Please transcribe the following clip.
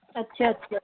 ਅੱਛਾ ਅੱਛਾ